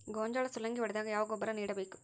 ಗೋಂಜಾಳ ಸುಲಂಗೇ ಹೊಡೆದಾಗ ಯಾವ ಗೊಬ್ಬರ ನೇಡಬೇಕು?